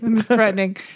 threatening